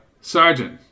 Sergeant